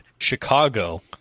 Chicago